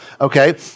okay